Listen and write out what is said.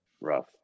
rough